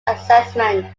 assessment